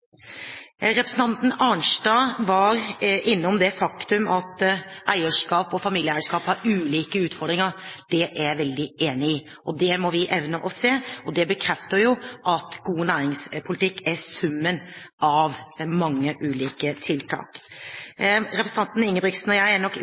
Representanten Arnstad var innom det faktum at eierskap og familieeierskap har ulike utfordringer. Det er jeg veldig enig i, og det må vi evne å se. Det bekrefter jo at god næringspolitikk er summen av mange ulike tiltak.